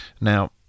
Now